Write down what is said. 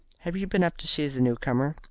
have you been up to see the new comer?